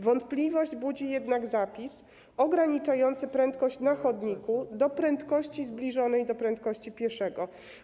Wątpliwość budzi jednak zapis ograniczający ich prędkość na chodniku do prędkości zbliżonej do prędkości pieszego.